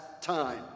time